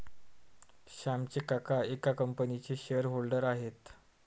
श्यामचे काका एका कंपनीचे शेअर होल्डर आहेत